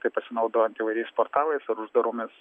taip pasinaudojant įvairiais portalais ar uždaromis